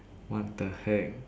what the heck